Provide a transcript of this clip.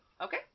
Okay